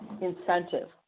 incentive